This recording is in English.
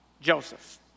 Joseph